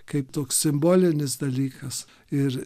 kaip toks simbolinis dalykas ir